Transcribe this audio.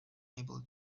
unable